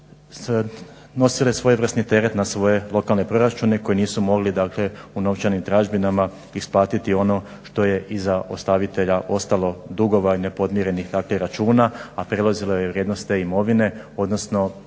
nosile svojevrsni teret na svoje lokalne proračune koji nisu mogli u novčanim tražbinama isplatiti ono što je iza ostavitelja ostalo dugovanje, nepodmirenih … računa a prelazilo je vrijednost te imovine odnosno